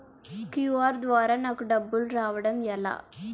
QR ద్వారా నాకు డబ్బులు రావడం ఎలా?